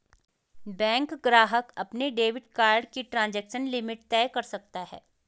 bank ग्राहक अपने debit card की ट्रांज़ैक्शन लिमिट तय कर सकता है